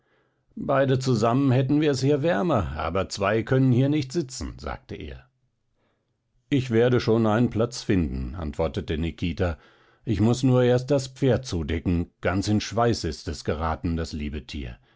beide zusammen hätten wir es hier wärmer aber zwei können hier nicht sitzen sagte er ich werde schon einen platz finden antwortete nikita ich muß nur erst das pferd zudecken ganz in schweiß ist es geraten das liebe tier